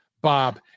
Bob